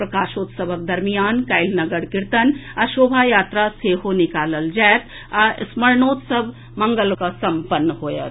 प्रकाशोत्सवक दरमियान काल्हि नगर कीर्तन आ शोभा यात्रा सेहो निकालल जायत आ स्मरणोत्सव मंगल के संपन्न होयत